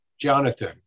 Jonathan